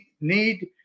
need